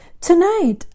Tonight